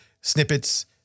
snippets